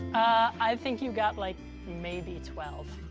i think you've got like maybe twelve,